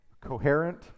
Coherent